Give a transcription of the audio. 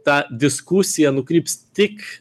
ta diskusija nukryps tik